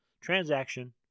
transaction